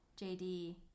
jd